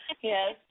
Yes